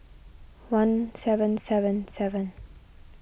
one seven seven seven